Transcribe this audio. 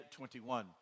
21